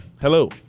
Hello